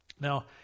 Now